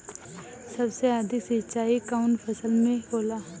सबसे अधिक सिंचाई कवन फसल में होला?